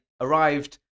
arrived